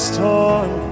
torn